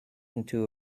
into